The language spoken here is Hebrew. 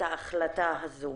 את ההחלטה הזו.